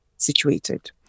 situated